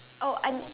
oh and